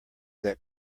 that